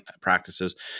practices